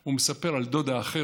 הוא מספר על דודה אחרת,